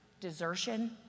desertion